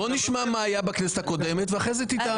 בוא נשמע מה היה בכנסת הקודמת ואחר כך תטען.